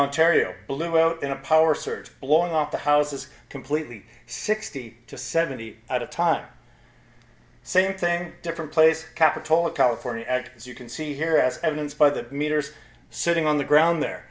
ontario blew out in a power surge blown off the houses completely sixty to seventy at a time same thing different place capital of california at as you can see here as evidence by the meters sitting on the ground there